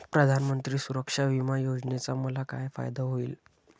प्रधानमंत्री सुरक्षा विमा योजनेचा मला काय फायदा होईल?